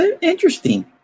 interesting